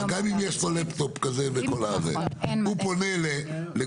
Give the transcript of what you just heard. אין לו מאגר אצלו.